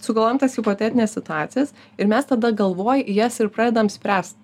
sugalvojom tas hipotetines situacijas ir mes tada galvoj jas ir pradedam spręst